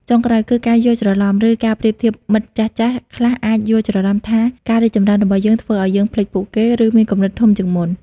ចុងក្រោយ គឺ ការយល់ច្រឡំ ឬការប្រៀបធៀប មិត្តចាស់ៗខ្លះអាចយល់ច្រឡំថាការរីកចម្រើនរបស់យើងធ្វើឱ្យយើងភ្លេចពួកគេ ឬមានគំនិតធំជាងមុន។